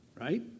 right